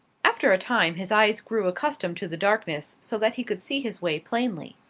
after a time his eyes grew accustomed to the darkness, so that he could see his way plainly.